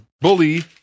Bully